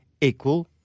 equal